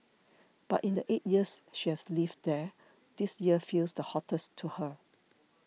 but in the eight years she has lived there this year feels the hottest to her